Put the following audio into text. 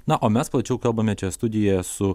na o mes plačiau kalbame čia studijoje su